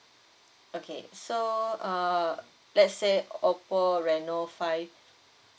okay so err let's say op~ oppo reno five